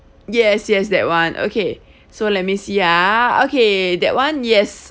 yes yes that [one] okay so let me see ah okay that [one] yes